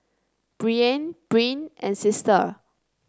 Breanne Bryn and Sister